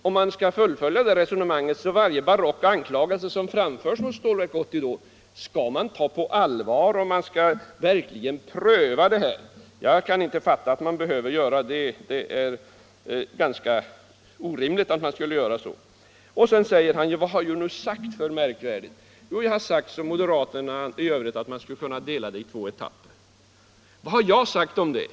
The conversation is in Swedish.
Om man skall fullfölja det resonemanget, skall man väl i så fall ta varje barock anklagelse som framförs mot Stålverk 80 på allvar och pröva dem alla, men jag kan inte fatta att man behöver göra det utan tycker Nr 88 att det vore orimligt att göra så. Torsdagen den Sedan undrar man vad det är för märkvärdigt som man har sagt. Jo, 22 maj 1975 man har, som moderaterna i övrigt, sagt att man skulle kunna göra en LK uppdelning på två etapper. Vad har då jag sagt om det?